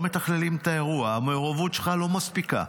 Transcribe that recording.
לא מתכללים את האירוע, המעורבות שלך לא מספיקה.